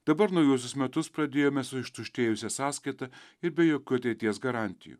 dabar naujuosius metus pradėjome su ištuštėjusia sąskaita ir be jokių ateities garantijų